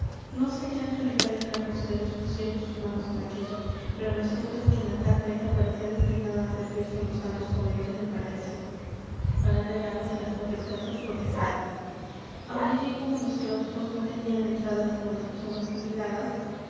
no sé qué angelicales reposteros pusieron sus manos en aquello pero lo cierto es que la tal mesa parecía destinada a servirse en los altos comedores del paraíso para regalo de las más excelsas potestades aunque allí como en los claustros no tenían entrada sino las personas